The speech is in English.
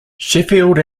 sheffield